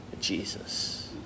Jesus